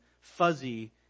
fuzzy